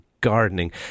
gardening